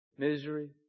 Misery